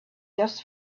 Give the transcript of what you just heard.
just